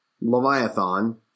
Leviathan